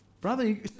Brother